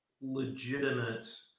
legitimate